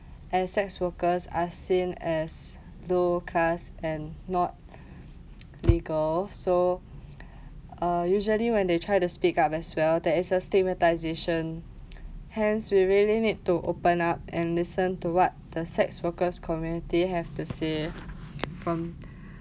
and sex workers are seen as low class and not legal so uh usually when they try to speak up as well there is a stigmatisation hence we really need to open up and listen to what the sex workers community have to say from